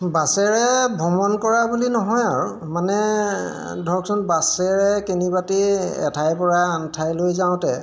বাছেৰে ভ্ৰমণ কৰা বুলি নহয় আৰু মানে ধৰকচোন বাছেৰে কিনিবাতি এঠাইৰপৰা আন ঠাইলৈ যাওঁতে